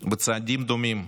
צעדים דומים.